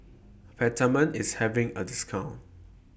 Peptamen IS having A discount